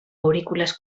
aurícules